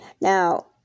Now